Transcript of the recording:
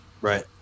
Right